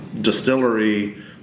distillery